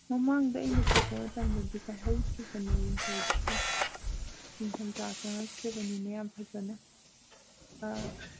ꯃꯃꯥꯡꯗ ꯑꯩꯅ ꯆꯠꯄ ꯃꯇꯝꯗꯗꯤ ꯀꯥꯏꯍꯧꯗ꯭ꯔꯤꯕꯅꯦ ꯋꯤꯟꯇꯔꯒꯤꯁꯦ ꯏꯪꯊꯝꯊꯥ ꯆꯪꯉꯛꯇ꯭ꯔꯤꯕꯅꯤꯅ ꯌꯥꯝ ꯐꯖꯅ